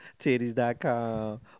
titties.com